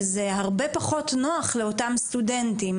וזה הרבה פחות נוח לאותם סטודנטים,